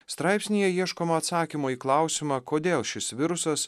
straipsnyje ieškoma atsakymo į klausimą kodėl šis virusas